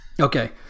Okay